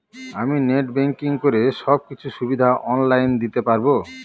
আমি net banking করে সব কিছু সুবিধা অন লাইন দিতে পারবো?